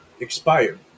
expired